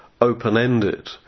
open-ended